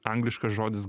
angliškas žodis